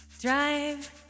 drive